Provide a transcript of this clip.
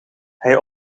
hij